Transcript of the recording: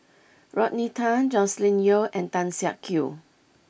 Rodney Tan Joscelin Yeo and Tan Siak Kew